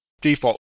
default